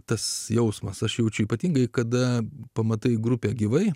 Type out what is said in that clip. tas jausmas aš jaučiu ypatingai kada pamatai grupę gyvai